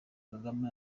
kagame